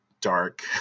dark